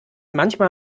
manchmal